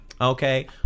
Okay